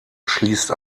schließt